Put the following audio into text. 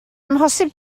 amhosib